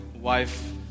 wife